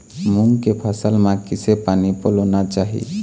मूंग के फसल म किसे पानी पलोना चाही?